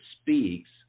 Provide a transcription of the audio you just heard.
speaks